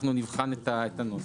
נבחן את הנוסח.